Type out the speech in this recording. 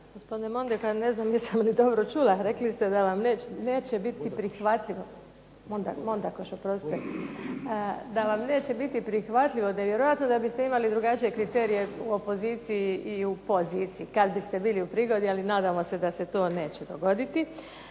Gospodine Mondekar, ne znam jesam li dobro čula, rekli ste da vam neće biti prihvatljivo. Bodakoš, oprostite. Da vam neće biti prihvatljivo. Nevjerojatno da biste imali drugačije kriterije u opoziciji i u poziciji kad biste bili u prigodi, ali nadamo se da se to neće dogoditi.